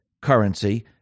currency